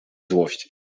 złość